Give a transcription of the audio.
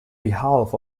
behalf